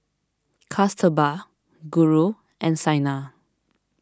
Kasturba Guru and Saina